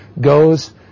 goes